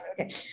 Okay